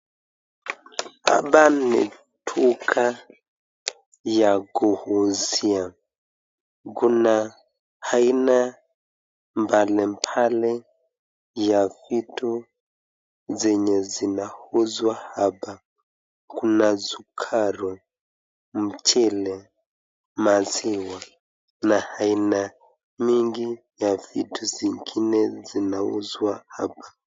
Hapa ni duka ya kuuzuia. Kuna aina mbalimbali ya vitu zenye zinauzwa hapa. Kuna sukari, mchele, maziwa na aina mingi ya vitu zingine zinauzwa hapa.